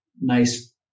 nice